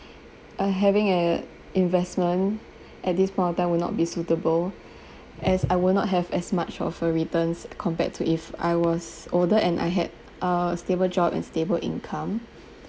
uh having a investment at this point of time would not be suitable as I would not have as much of a returns compared to if I was older and I had uh stable job and stable income